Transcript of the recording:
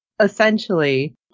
essentially